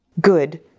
good